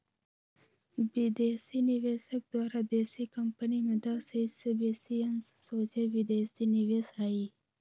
विदेशी निवेशक द्वारा देशी कंपनी में दस हिस् से बेशी अंश सोझे विदेशी निवेश हइ